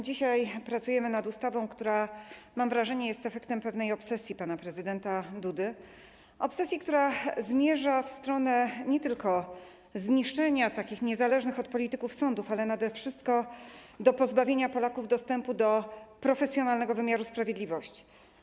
Dzisiaj pracujemy nad ustawą, która, mam wrażenie, jest efektem pewnej obsesji pana prezydenta Dudy, obsesji, która zmierza w stronę nie tylko zniszczenia niezależnych od polityków sądów, ale nade wszystko do pozbawienia Polaków dostępu do profesjonalnego wymiaru sprawiedliwości.